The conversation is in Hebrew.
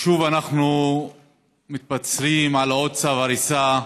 שוב אנחנו מתבשרים על עוד צו הריסה,